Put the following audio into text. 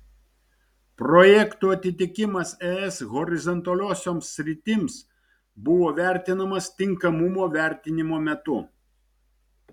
projektų atitikimas es horizontaliosioms sritims buvo vertinamas tinkamumo vertinimo metu